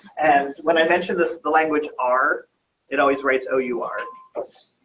and when i mentioned this, the language are it always rates. oh, you are because